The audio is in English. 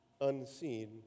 unseen